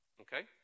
Okay